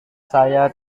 saya